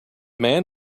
man